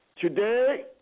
Today